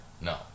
No